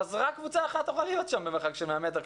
רק קבוצה אחת תוכל להיות שם במרחק של 100 מטרים.